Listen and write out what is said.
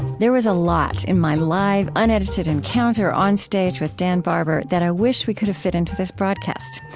there was a lot in my live, unedited encounter on stage with dan barber that i wish we could have fit into this broadcast.